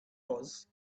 was